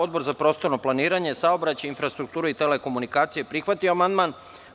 Odbor za prostorno planiranje, saobraćaj, infrastrukturu i telekomunikacije je prihvatio amandman.